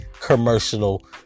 commercial